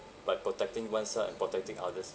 by protecting oneself and protecting others